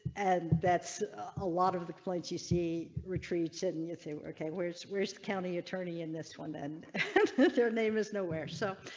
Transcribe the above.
and that's a lot of the clients you see retreats it, and if they were ok where's where's the county attorney in this one, then their name is nowhere. so.